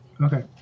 Okay